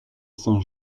saint